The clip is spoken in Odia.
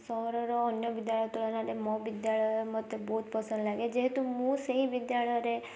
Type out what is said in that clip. ସହରର ଅନ୍ୟ ବିଦ୍ୟାଳୟ ତୁଳନାରେ ମୋ ବିଦ୍ୟାଳୟ ମତେ ବହୁତ ପସନ୍ଦ ଲାଗେ ଯେହେତୁ ମୁଁ ସେହି ବିଦ୍ୟାଳୟରେ